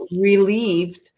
relieved